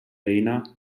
veïna